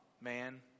man